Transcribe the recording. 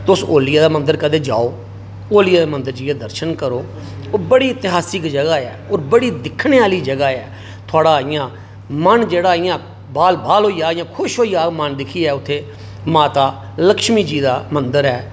तुस ओलिया दा मंदर कदें जाओ ओलिया दा मंदर जाइयै दर्शन करो ओह् बड़ी इतिहासिक जगह् ऐ और बड़ी दिक्खने आह्ली जगह् ऐ थुआढ़ा मन जेह्ड़ा इ'यां बाल बाल होई जाह्ग इ'यां खुश होई जाह्ग मन दिक्खियै उत्थै माता लक्ष्मी जी दी मंदिर ऐ